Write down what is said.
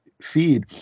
feed